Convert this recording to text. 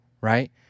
right